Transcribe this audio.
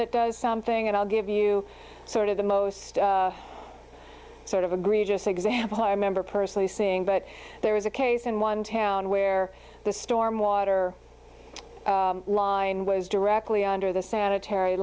that does something and i'll give you sort of the most sort of agree just example i remember personally seeing but there is a case in one town where the storm water line was directly under the sanitary